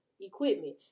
equipment